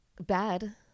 Bad